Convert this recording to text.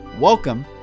Welcome